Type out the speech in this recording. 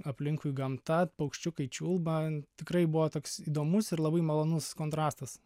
aplinkui gamta paukščiukai čiulba tikrai buvo toks įdomus ir labai malonus kontrastas